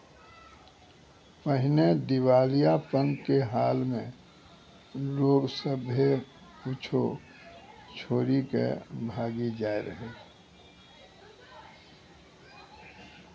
पहिने दिबालियापन के हाल मे लोग सभ्भे कुछो छोरी के भागी जाय रहै